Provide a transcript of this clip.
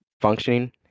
functioning